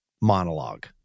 monologue